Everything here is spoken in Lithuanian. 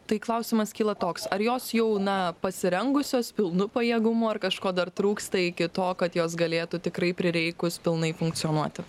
tai klausimas kyla toks ar jos jau na pasirengusios pilnu pajėgumu ar kažko dar trūksta iki to kad jos galėtų tikrai prireikus pilnai funkcionuoti